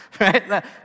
Right